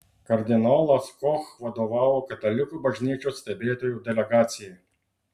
kardinolas koch vadovavo katalikų bažnyčios stebėtojų delegacijai